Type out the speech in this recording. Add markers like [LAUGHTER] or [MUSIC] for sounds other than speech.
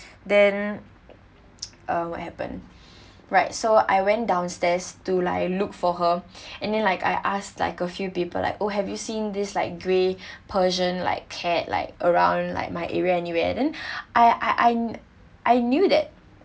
then [NOISE] what happen right so I went downstairs to like look for her and then like I ask like a few people like oh have you seen this like grey persian like cat like around like my area anywhere then I I I I knew that